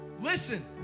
Listen